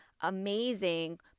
amazing